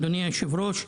אדוני היושב ראש,